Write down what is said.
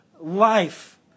life